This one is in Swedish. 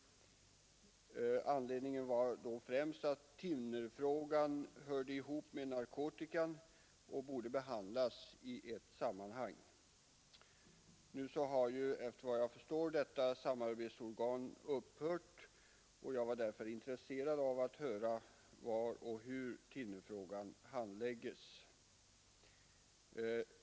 Anledningen härtill var främst att thinnerfrågan hör ihop med narkotikafrågan och borde behandlas i ett sammanhang. Nu har såvitt jag vet detta samarbetsorgan upphört, och jag var därför intresserad av att höra var och hur thinnerfrågan handläggs.